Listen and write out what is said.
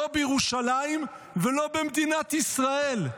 לא בירושלים ולא במדינת ישראל,